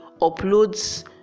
uploads